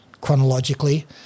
chronologically